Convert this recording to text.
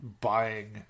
buying